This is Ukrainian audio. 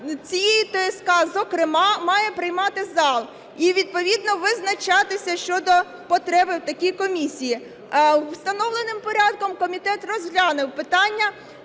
цієї ТСК зокрема має приймати зал і відповідно визначатися щодо потреби в такій комісії. У встановленому порядку комітет розглянув питання.